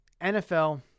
NFL